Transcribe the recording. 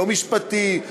לא משפטי,